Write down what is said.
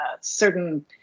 certain